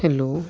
hello